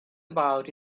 about